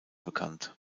bekannt